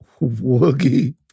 woogie